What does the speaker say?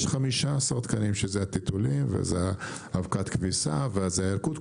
יש 15 תקנים שהם החיתולים, אבקת כביסה, ילקוט.